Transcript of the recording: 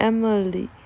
Emily